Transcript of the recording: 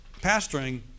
pastoring